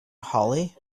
hollie